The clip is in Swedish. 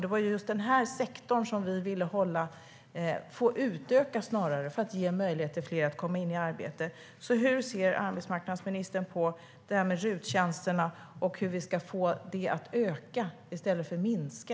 Det var just den sektorn vi ville behålla, eller snarare utöka, för att fler skulle få möjlighet att komma i arbete. Hur ser arbetsmarknadsministern på RUT-tjänsterna, och hur ska vi få dem att öka i stället för att minska?